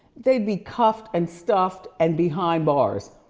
they'd be cuffed and stuffed and behind bars.